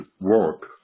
work